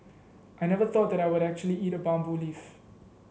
I never thought that I would actually eat a bamboo leaf